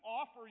offer